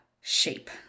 shape